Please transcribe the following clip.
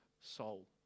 soul